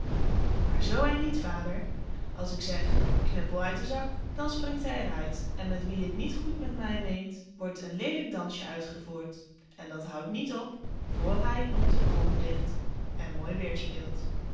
maar zoo een niet vader als ik zeg knuppel uit de zak dan springt hij er uit en met wien het niet goed met mij meent wordt een leelijk dansje uitgevoerd en dat houdt niet op voor hij op den grond ligt en mooi weêr speelt